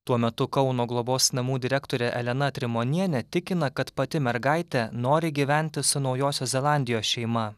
tuo metu kauno globos namų direktorė elena trimonienė tikina kad pati mergaitė nori gyventi su naujosios zelandijos šeima